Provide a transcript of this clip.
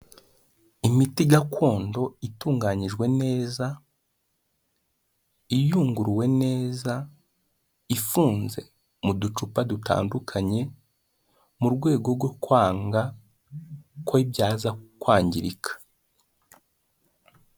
Imiti gakondo itunganyijwe neza, iyunguruwe neza ifunze mu ducupa dutandukanye mu rwego rwo kwanga ko byaza kwangirika.